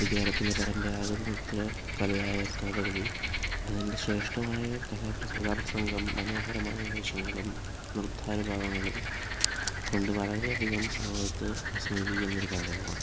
ഇത് കേരളത്തിൻ്റെ പരമ്പരാഗത നൃത്ത കലയായ കഥകളി അതിൻ്റെ ശ്രേഷ്ഠമായ കഥാ പ്രസംഗം മനോഹരമായ വേഷങ്ങളും നൃത്താനുഭവങ്ങളും കൊണ്ട് വളരെ അധികം ലോകത്ത് വിസ്മയിപ്പിക്കുന്നൊരു കാര്യമാണ്